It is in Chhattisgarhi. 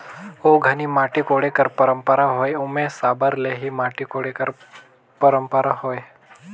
ओ घनी माटी कोड़े कर पंरपरा होए ओम्हे साबर ले ही माटी कोड़े कर परपरा होए